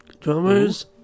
drummers